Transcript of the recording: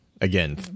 Again